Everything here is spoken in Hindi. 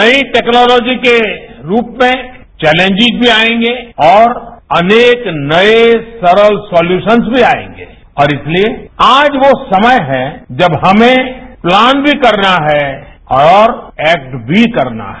नई टेक्नॉलॉजी के रूप में चेलेन्जेस भी आएंगे और अनेक नए सरल वसनजपवरे भी आएंगे और इसलिए आज वो समय है जब हमें प्लान भी करना है और एक्ट भी करना है